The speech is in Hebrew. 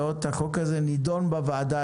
החוק הזה נדון בוועדה.